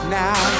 now